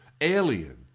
alien